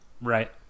Right